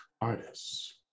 Artists